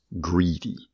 greedy